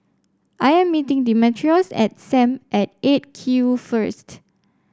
I am meeting Demetrios at Sam at Eight Q first